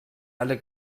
alle